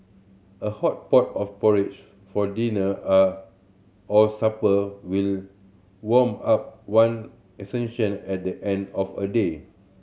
a hot pot of porridge for dinner are or supper will warm up one at the end of a day